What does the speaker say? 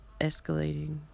escalating